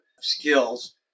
skills